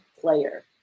player